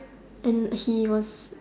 and he was